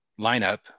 lineup